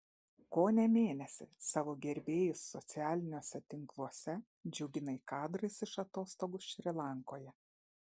kone mėnesį savo gerbėjus socialiniuose tinkluose džiuginai kadrais iš atostogų šri lankoje